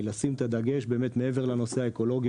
לשים את הדגש באמת מעבר לנושא האקולוגי